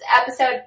episode